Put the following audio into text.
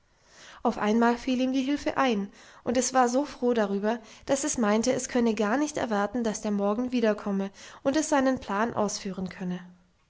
auf einmal fiel ihm die hilfe ein und es war so froh darüber daß es meinte es könne gar nicht erwarten daß der morgen wiederkomme und es seinen plan ausführen könne